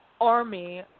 army